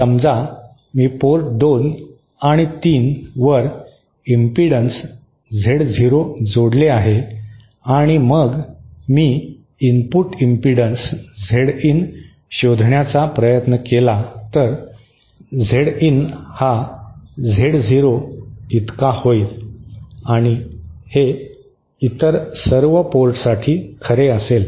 समजा मी पोर्ट 2 आणि 3 वर इंपिडन्स झेड झिरो जोडले आहे आणि मग मी इनपुट इंपिडन्स झेड इन शोधण्याचा प्रयत्न केला तर झेड इन हा झेड झिरो इतका होईल आणि हे इतर सर्व पोर्टसाठी खरे असेल